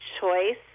choice